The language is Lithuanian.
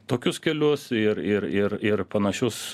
tokius kelius ir ir ir ir panašius